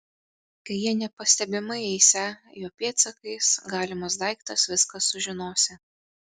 kai jie nepastebimai eisią jo pėdsakais galimas daiktas viską sužinosią